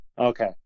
Okay